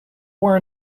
were